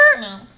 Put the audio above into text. No